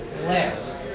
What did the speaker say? last